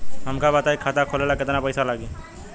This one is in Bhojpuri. हमका बताई खाता खोले ला केतना पईसा लागी?